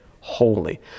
holy